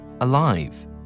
alive